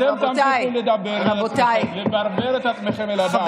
אתם תמשיכו לדבר ולברבר את עצמכם לדעת, רבותיי.